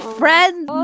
friends